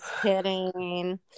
kidding